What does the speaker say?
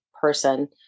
person